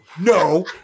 No